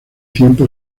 tiempo